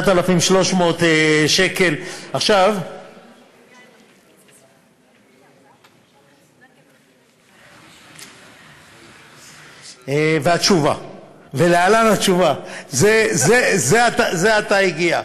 9,300. ולהלן התשובה, זה עתה הגיעה: